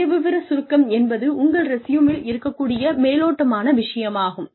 சுயவிவர சுருக்கம் என்பது உங்கள் ரெஸியூமில் இருக்கக் கூடிய மேலோட்டமான விஷயமாகும்